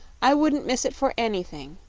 i wouldn't miss it for anything.